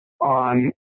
on